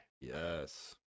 Yes